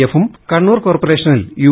എഫും കണ്ണൂർ കോർപറേഷനിൽ യു